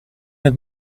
het